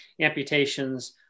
amputations